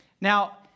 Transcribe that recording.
Now